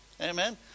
Amen